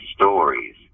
Stories